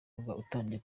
utangiye